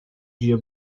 dia